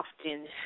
often